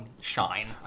shine